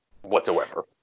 whatsoever